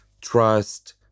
trust